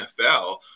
NFL